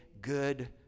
good